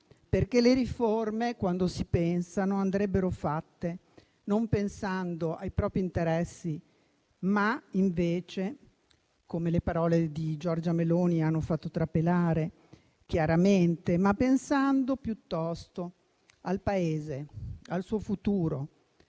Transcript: perché le riforme, quando si pensano, andrebbero fatte non pensando ai propri interessi, come le parole di Giorgia Meloni hanno fatto trapelare chiaramente, ma pensando piuttosto al Paese, al suo futuro